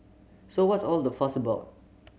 so what's all the fuss about